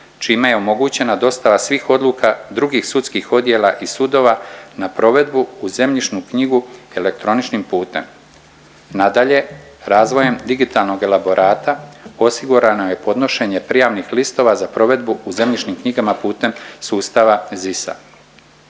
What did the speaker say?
čime je omogućena dostava svih odluka drugih sudskih odjela i sudova na provedbu u zemljišnu knjigu elektroničnim putem. Nadalje, razvojem digitalnog elaborata osigurano je podnošenje prijavnih listova za provedbu u zemljišnim knjigama putem sustava ZIS-a.